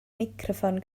meicroffon